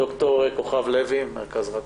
ד"ר כוכב לוי, מרכז רקמן.